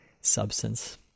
substance